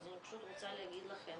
אז אני פשוט רוצה להגיד לכם